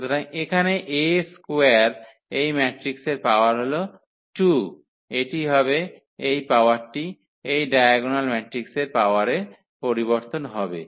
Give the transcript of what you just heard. সুতরাং এখানে A square এই ম্যাট্রিক্সের পাওয়ার হল 2 এটি হবে যে এই পাওয়ারটি এই ডায়াগোনাল ম্যাট্রিক্সের পাওয়ারে পরিবর্তন হবে